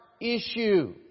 issue